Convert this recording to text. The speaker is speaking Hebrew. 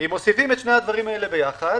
אם מוסיפים את שני הדברים האלה ביחד